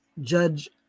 Judge